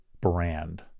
brand